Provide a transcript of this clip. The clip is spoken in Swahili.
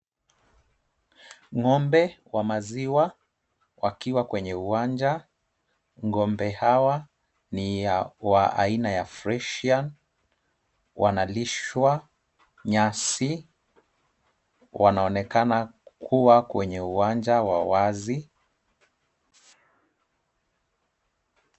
Ng'ombe wa maziwa wakiwa kwenye uwanja. Ng'ombe hawa ni wa aina ya freshian wanalishwa nyasi. Wanaonekana kuwa kwenye uwanja wa wazi.